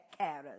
carers